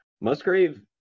Musgrave